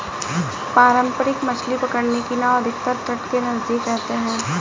पारंपरिक मछली पकड़ने की नाव अधिकतर तट के नजदीक रहते हैं